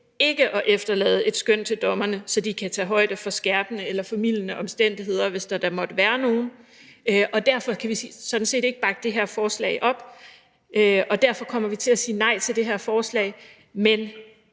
ikke at efterlade et skøn til dommerne, så de kan tage højde for skærpende eller formildende omstændigheder, hvis der da måtte være nogen, og derfor kan vi sådan set ikke bakke det her forslag op, og derfor kommer vi til at sige nej til det her forslag. Men